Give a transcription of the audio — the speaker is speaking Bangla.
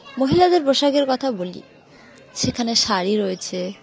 মহিলাদের পোশাকের কথা বলি সেখানে শাড়ি রয়েছে